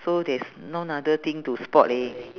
so there's none other thing to spot leh